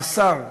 מאסר,